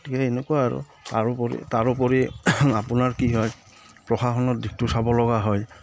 গতিকে এনেকুৱা আৰু তাৰ উপৰি তাৰোপৰি আপোনাৰ কি হয় প্ৰশাসনৰ দিশটো চাব লগা হয়